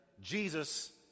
Jesus